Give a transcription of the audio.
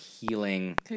healing